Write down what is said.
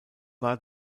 war